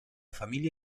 familia